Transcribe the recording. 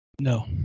No